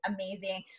amazing